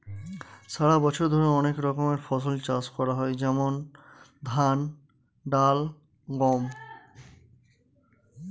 সারা বছর ধরে অনেক রকমের ফসল চাষ করা হয় যেমন ধান, ডাল, গম